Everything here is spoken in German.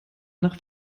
nach